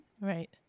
Right